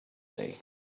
day